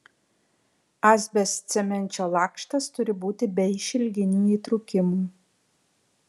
asbestcemenčio lakštas turi būti be išilginių įtrūkimų